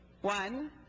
One